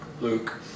Luke